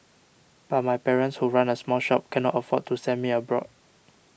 but my parents who run a small shop cannot afford to send me abroad